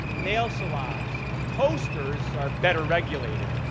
nail salons and toasters are better regulated